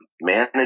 manage